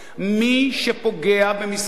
מי שפוגע במסגדים,